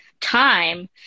time